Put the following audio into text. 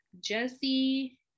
Jesse